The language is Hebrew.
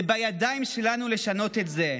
זה בידיים שלנו לשנות את זה.